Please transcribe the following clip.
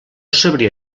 sabria